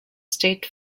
state